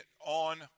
on